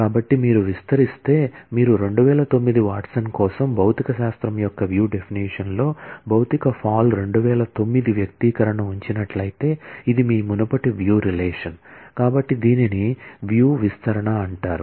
కాబట్టి మీరు విస్తరిస్తే మీరు 2009 వాట్సన్ కోసం భౌతికశాస్త్రం యొక్క వ్యూ విస్తరణ అంటారు